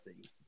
see